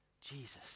Jesus